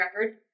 record